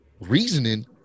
reasoning